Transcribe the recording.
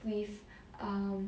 with um